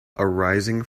arising